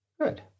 Good